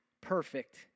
perfect